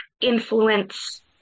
influence